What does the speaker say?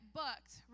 booked